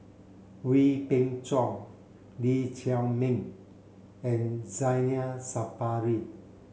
Wee Beng Chong Lee Chiaw Meng and Zainal Sapari